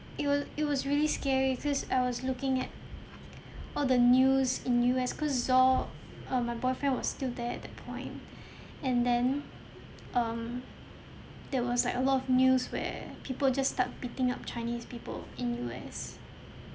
it was it was really scary because I was looking at all the news in U_S cause zho err my boyfriend was still there at that point and then um there was like a lot of news where people just start beating up chinese people in U_S